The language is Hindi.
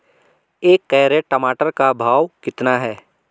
एक कैरेट टमाटर का भाव कितना है?